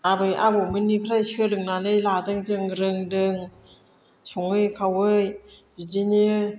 आबै आबौमोननिफ्राय सोलोंनानै लादों जों रोंदों सङै खावै बिदिनो